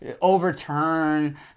overturn